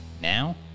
Now